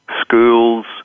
schools